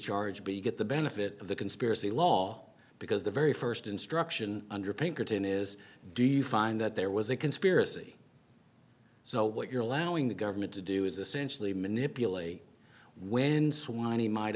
charge be you get the benefit of the conspiracy law because the very first instruction under pinkerton is do you find that there was a conspiracy so what you're allowing the government to do is essentially manipulate when so many might